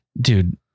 dude